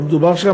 לא מדובר שם